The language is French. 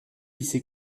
lycée